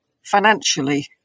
financially